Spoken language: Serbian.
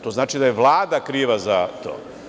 To znači da je Vlada kriva za to.